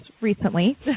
recently